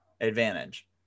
advantage